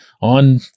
on